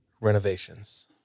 renovations